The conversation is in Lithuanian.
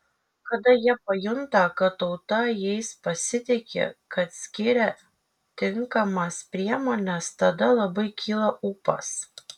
kada jie pajunta kad tauta jais pasitiki kad skiria tinkamas priemones tada labai kyla ūpas